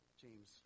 James